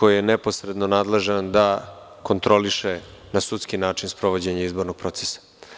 Onom sudu koji je neposredno nadležan da kontroliše na sudski način sprovođenje izbornog procesa.